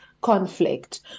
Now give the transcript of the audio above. conflict